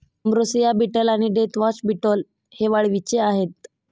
ambrosia beetle आणि deathwatch beetle हे वाळवीचे आहेत